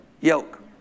yoke